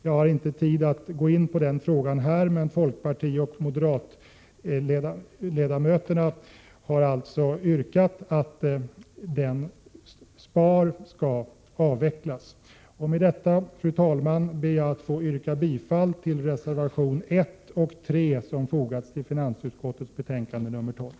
Jag har inte tid att gå in på den frågan, men folkpartioch moderatledamöterna har yrkat att SPAR skall avvecklas. Med detta, fru talman, ber jag att få yrka bifall till reservationerna 1 och 3 som fogats till finansutskottets betänkande 12.